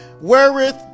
wherewith